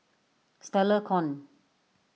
Stella Kon